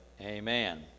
amen